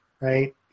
right